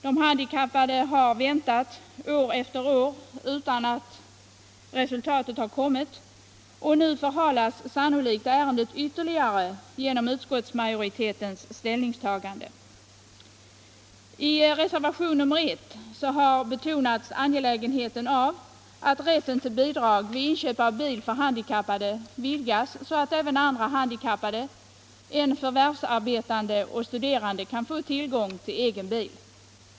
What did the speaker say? De handikappade har väntat år efter år utan att resultatet har kommit och nu förhalas sannolikt ärendet ytterligare genom utskottsmajoritetens ställningstagande. I reservationen I har betonats angelägenheten av att rätten till bidrag vid inköp av bil för handikappade vidgas så att även andra handikappade än förvärvsarbetande och studerande kan få tillgång till egen bil.